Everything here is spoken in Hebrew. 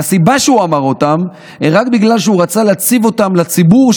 והסיבה שהוא אמר אותם היא רק בגלל שהוא רצה להציג אותם לציבור,